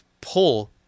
pull